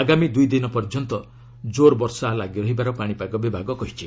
ଆଗାମୀ ଦୁଇ ଦିନ ପର୍ଯ୍ୟନ୍ତ ଜୋର୍ ବର୍ଷା ଲାଗି ରହିବାର ପାଣିପାଗ ବିଭାଗ କହିଛି